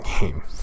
game